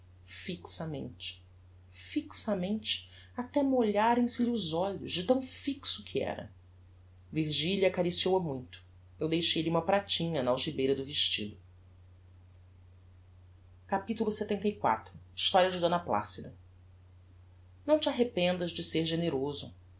fixamente fixamente até molharem se lhe os olhos de tão fixo que era virgilia acariciou a muito eu deixei lhe uma pratinha na algibeira do vestido capitulo lxxiv historia de d placida não te arrependas de ser generoso